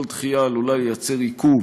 כל דחייה עלולה לייצר עיכוב,